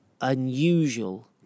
unusual